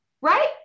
Right